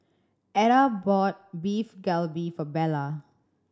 Eda bought Beef Galbi for Bella